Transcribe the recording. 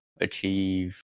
achieve